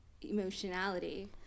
emotionality